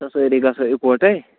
سٲرِی گَژھو اِکوٹے